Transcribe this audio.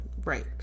Right